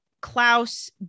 Klaus